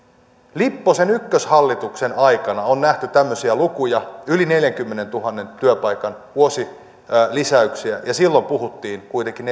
lipposen ykköshallituksen aikana on nähty tämmöisiä lukuja yli neljänkymmenentuhannen työpaikan vuosilisäyksiä ja silloin puhuttiin kuitenkin